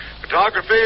Photography